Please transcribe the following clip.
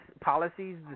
policies